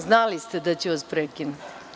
Znali ste da ću vas prekinuti.